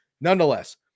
Nonetheless